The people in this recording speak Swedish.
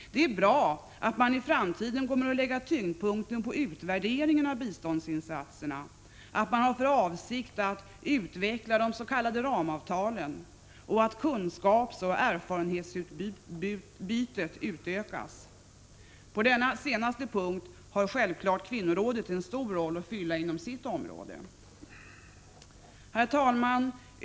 Det är bra att man i framtiden kommer att lägga tyngdpunkten på utvärderingen av biståndsinsatserna, att man har för avsikt att utveckla de s.k. ramavtalen och att kunskapsoch erfarenhetsutbytet utökas. På denna senaste punkt har självfallet Kvinnorådet en stor uppgift att fylla inom sitt område. Herr talman!